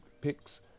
pics